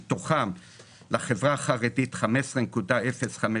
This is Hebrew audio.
מתוכם לחברה החרדית 15.05,